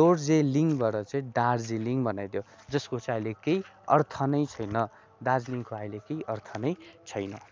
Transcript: दोर्जेलिङबाड चाहिँ दार्जिलिङ बनाइदियो जसको चाहिँ अहिले कही अर्थ नै छैन दार्जिलिङको अहिले केही अर्थ नै छैन